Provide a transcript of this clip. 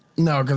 no cause